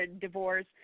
divorce